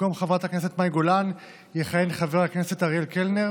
במקום חברת הכנסת מאי גולן יכהן חבר הכנסת אריאל קלנר